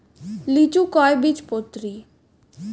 লিচু কয় বীজপত্রী?